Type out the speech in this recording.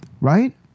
right